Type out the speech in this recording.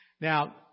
Now